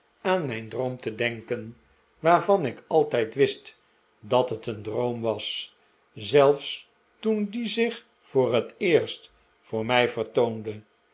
aan mijn droom te denken waarvan ik altijd wist dat het een droom was zelfs toen die zich het eerst voor mij vertoonde